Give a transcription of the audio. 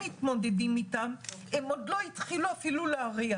מתמודדים איתם הם עוד לא התחילו להריח אפילו.